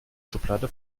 schublade